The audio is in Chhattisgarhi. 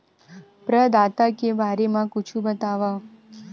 प्रदाता के बारे मा कुछु बतावव?